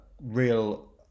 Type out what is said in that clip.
real